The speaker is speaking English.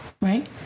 Right